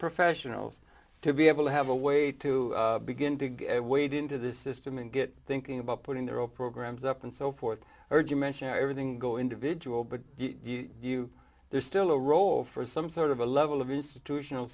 professionals to be able to have a way to begin to get weighed into the system and get thinking about putting their own programs up and so forth urge you mention everything go individual but you there's still a role for some sort of a level of institutional